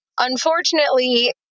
unfortunately